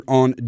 on